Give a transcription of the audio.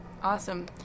Awesome